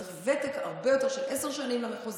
צריך ותק הרבה יותר, של עשר שנים, למחוזי.